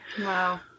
Wow